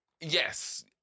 Yes